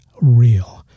real